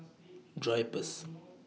Drypers